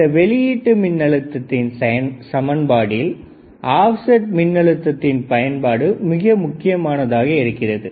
இந்த வெளியீட்டு மின்னழுத்தத்தின் சமன்பாட்டில் ஆப்செட் மின்னழுத்தத்தின் பயன்பாடு மிக முக்கியமானதாக இருக்கிறது